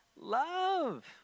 love